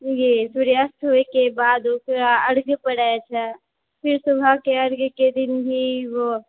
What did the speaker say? ये सूर्यस्त होइ के बाद ओकरा अर्घ परै छै फिर सुबह के अर्घ के दिन ही ओ